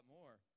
more